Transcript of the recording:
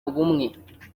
ubumwe